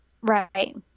Right